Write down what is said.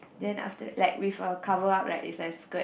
then after that like with a coverup right is like skirt